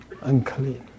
unclean